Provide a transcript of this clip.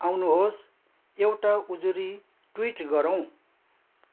आउनुहोस् एउटा उजुरी ट्विट गरौँ